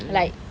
like